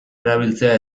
erabiltzea